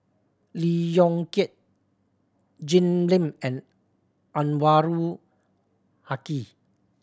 Lee Yong Kiat Jim Lim and Anwarul Haque